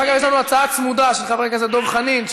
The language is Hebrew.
אחר כך יש לנו הצעה צמודה של חבר הכנסת דב חנין,